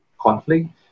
conflict